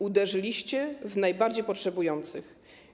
Uderzyliście w najbardziej potrzebujących.